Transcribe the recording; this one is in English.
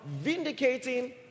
vindicating